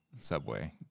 subway